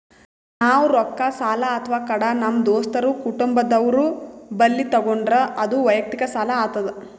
ನಾವ್ ರೊಕ್ಕ ಸಾಲ ಅಥವಾ ಕಡ ನಮ್ ದೋಸ್ತರು ಕುಟುಂಬದವ್ರು ಬಲ್ಲಿ ತಗೊಂಡ್ರ ಅದು ವಯಕ್ತಿಕ್ ಸಾಲ ಆತದ್